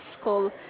school